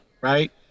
right